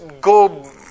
go